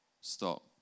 Stop